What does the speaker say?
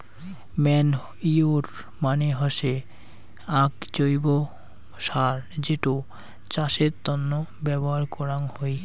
manure মানে হসে আক জৈব্য সার যেটো চাষের তন্ন ব্যবহার করাঙ হই